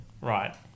right